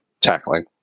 tackling